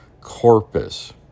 corpus